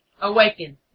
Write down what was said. Awaken